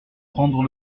prendre